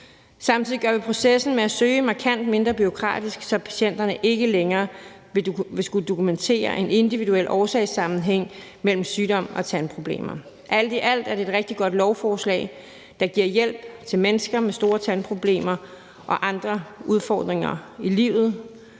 Samtidig gør vi processen med at søge markant mindre bureaukratisk, så patienterne ikke længere vil skulle dokumentere en individuel årsagssammenhæng mellem sygdom og tandproblemer. Alt i alt er det et rigtig godt lovforslag, der giver hjælp til mennesker med store tandproblemer og andre udfordringer i livet,